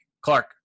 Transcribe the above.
clark